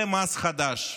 זה מס חדש,